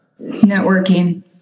Networking